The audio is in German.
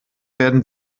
werden